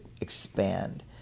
expand